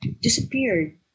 disappeared